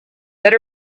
that